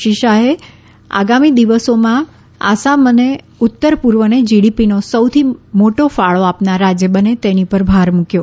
શ્રી શાહે આગામી દિવસોમાં આસામ અને ઉત્તર પૂર્વને જીડીપીનો સૌથી મોટો ફાળો આપનાર રાજ્ય બને તેની પર ભાર મૂક્યો